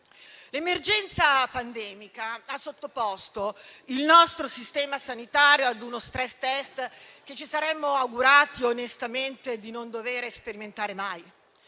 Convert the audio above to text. L'emergenza pandemica ha sottoposto il nostro sistema sanitario ad uno *stress test* che ci saremmo augurati, onestamente, di non dovere sperimentare mai.